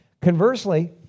Conversely